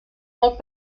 molt